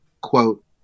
quote